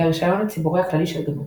לרישיון הציבורי הכללי של גנו,